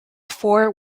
four